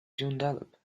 joondalup